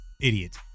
idiot